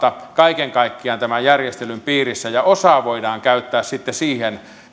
kaiken kaikkiaan on tämän järjestelyn piirissä ja osa tästä vapaaehtoisesta mekanismista voidaan käyttää sitten siihen